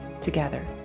together